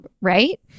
right